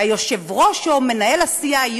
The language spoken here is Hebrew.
והיושב-ראש או מנהל הסיעה,